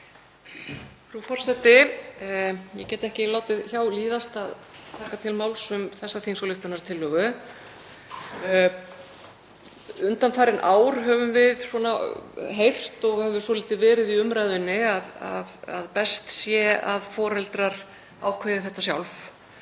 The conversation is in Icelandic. Frú forseti. Ég get ekki látið hjá líða að taka til máls um þessa þingsályktunartillögu. Undanfarin ár höfum við heyrt, það hefur svolítið verið í umræðunni, að best sé að foreldrar ákveði þetta sjálf